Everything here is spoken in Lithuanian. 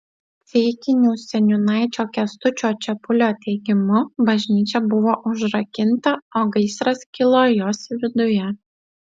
ceikinių seniūnaičio kęstučio čepulio teigimu bažnyčia buvo užrakinta o gaisras kilo jos viduje